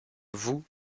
vous